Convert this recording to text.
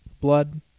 blood